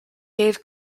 gave